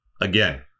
Again